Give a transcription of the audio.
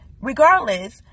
Regardless